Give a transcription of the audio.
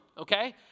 okay